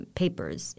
papers